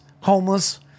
homeless